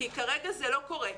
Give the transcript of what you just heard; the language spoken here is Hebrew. כי כרגע זה לא קורה.